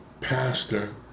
pastor